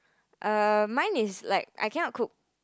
err mine is like I cannot cook